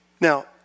Now